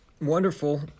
Wonderful